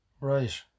Right